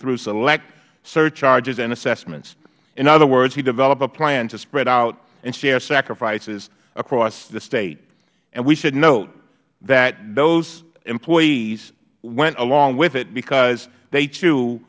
through select surcharges and assessments in other words he developed a plan to spread out and share sacrifices across the state and we should note that those employees went along with it because they to